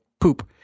poop